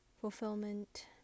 fulfillment